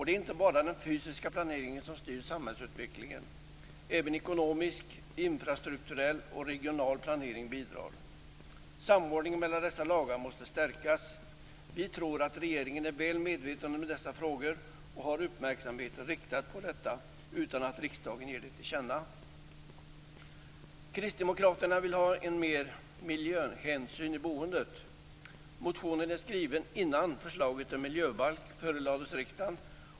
Det är inte bara den fysiska planeringen som styr samhällsutvecklingen. Även ekonomisk, infrastrukturell och regional planering bidrar. Samordningen mellan dessa lagar måste stärkas. Vi tror att regeringen är väl medveten om dessa frågor och har uppmärksamheten riktad på detta utan att riksdagen ger det tillkänna. Kristdemokraterna vill ha mer miljöhänsyn i boendet. Motionen är skriven innan förslaget om miljöbalk förelades riksdagen.